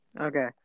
Okay